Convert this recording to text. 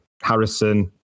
Harrison